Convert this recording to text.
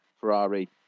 Ferrari